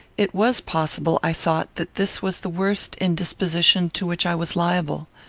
it was possible, i thought, that this was the worst indisposition to which i was liable.